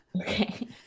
Okay